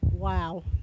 Wow